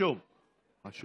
לי שאלה.